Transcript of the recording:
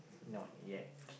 not yet